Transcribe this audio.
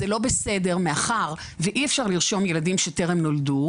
זה לא בסדר מאחר ואי אפשר לרשום ילדים שטרם נולדו.